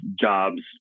jobs